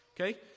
Okay